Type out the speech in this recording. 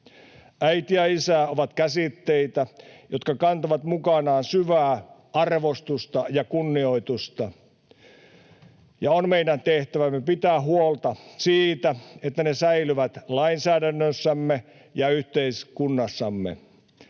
”Äiti” ja ”isä” ovat käsitteitä, jotka kantavat mukanaan syvää arvostusta ja kunnioitusta, ja on meidän tehtävämme pitää huolta siitä, että ne säilyvät lainsäädännössämme ja yhteiskunnassamme.